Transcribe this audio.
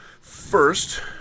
First